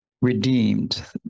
redeemed